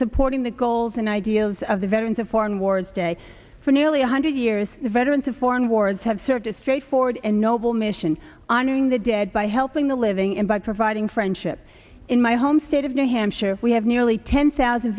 supporting the goals and ideals of the veterans of foreign wars day for nearly one hundred years the veterans of foreign wars have served a straightforward and noble mission honoring the dead by helping the living and by providing friendship in my home state of new hampshire we have nearly ten thousand